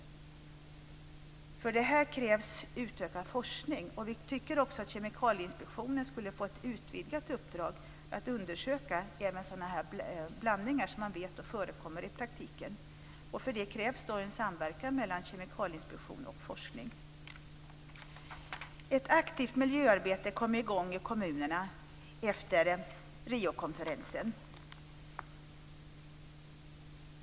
För det här krävs utökad forskning. Vi tycker också att Kemikalieinspektionen skulle få ett utvidgat uppdrag att undersöka även sådana här blandningar som man vet förekommer i praktiken. För det krävs en samverkan mellan Kemikalieinspektionen och forskningen. Ett aktivt miljöarbete kom i gång i kommunerna efter Riokonferensen.